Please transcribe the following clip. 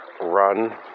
run